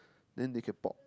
then they can pop